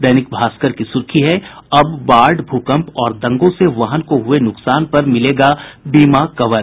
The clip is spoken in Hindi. दैनिक भास्कर की सुर्खी है अब बाढ़ भूकंप और दंगों से वाहन को हुये नुकसान पर मिलेगा बीमा कवर